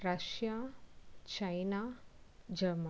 Russia China German